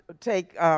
take